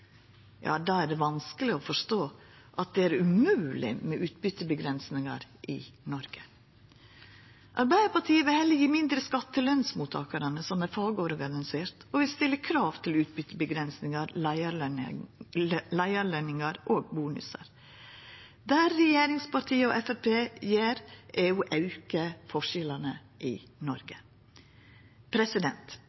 er det vanskelig å forstå at det er umogleg med utbyteavgrensingar i Noreg. Arbeidarpartiet vil heller gje mindre skatt til lønsmottakarane som er fagorganiserte, og vi stiller krav til utbyteavgrensingar, leiarløningar og bonusar. Det regjeringspartia og Framstegspartiet gjer, er å auka skilnadene i Noreg.